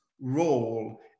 role